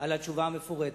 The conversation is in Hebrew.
על התשובה המפורטת.